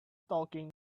talking